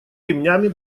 ремнями